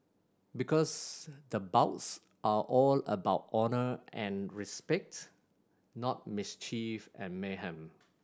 because the bouts are all about honour and respect not mischief and mayhem